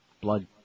Blood